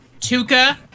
Tuka